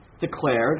declared